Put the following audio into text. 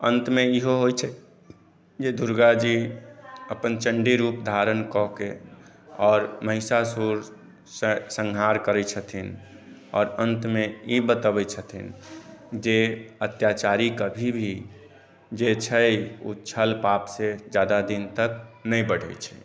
अन्त मे इहो अछि जे दुर्गा जी अपन चंडी रूप धारण कऽ के और महिषासुर संहार करै छथिन आओर अन्तमे ई बतबै छथिन जे अत्याचारी कभी भी जे छै ओ छल पाप से जादा दिन तक नहि बढै छै